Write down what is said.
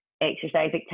exercise